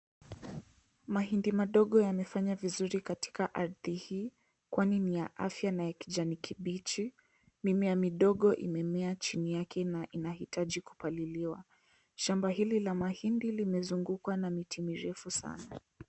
Mahindi mandogo yamefanya vizuri katika ardhi hii kwani ni ya afya na ya kijani kibichi. Mimea ni ndogo imemea chini yake na inahitaji kupaliliwa. Shamba hili la mahindi limezungukwa na miti mirefu sana.